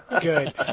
Good